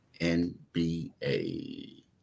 NBA